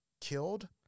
killed